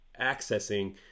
accessing